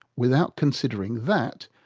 without considering that,